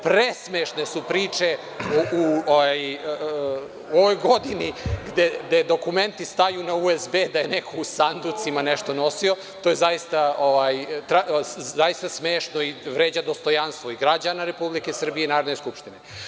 Presmešne su priče u ovoj godini gde dokumenti staju na USB da je neko u sanducima nešto nosio, to je zaista smešno i vređa dostojanstvo i građana Republike Srbije i Narodne skupštine.